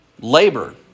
labor